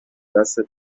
دستت